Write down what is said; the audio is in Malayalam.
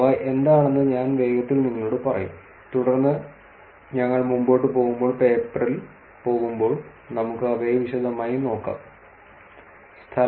അവ എന്താണെന്ന് ഞാൻ വേഗത്തിൽ നിങ്ങളോട് പറയും തുടർന്ന് ഞങ്ങൾ മുന്നോട്ട് പോകുമ്പോൾ പേപ്പറിൽ പോകുമ്പോൾ നമുക്ക് അവയെ വിശദമായി നോക്കാനാകും